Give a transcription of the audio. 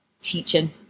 teaching